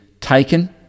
taken